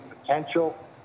potential